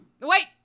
wait